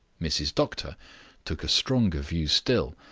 mrs. doctor took a stronger view still,